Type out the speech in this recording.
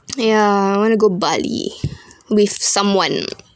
ya I want to go bali with someone